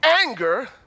Anger